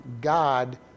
God